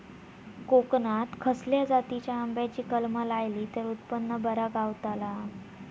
कोकणात खसल्या जातीच्या आंब्याची कलमा लायली तर उत्पन बरा गावताला?